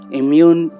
immune